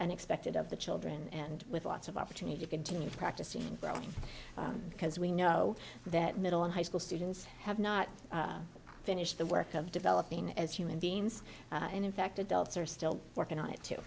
and expected of the children and with lots of opportunity to continue practicing and growing because we know that middle and high school students have not finished the work of developing as human beings and in fact adults are still working on it too